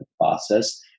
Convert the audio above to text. process